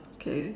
okay